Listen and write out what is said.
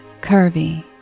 curvy